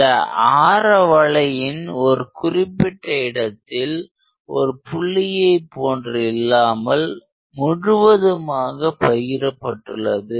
அந்த ஆரவளையின் ஒரு குறிப்பிட்ட இடத்தில் ஒரு புள்ளியை போன்று இல்லாமல் முழுவதுமாக பகிரப்பட்டுள்ளது